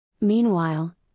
Meanwhile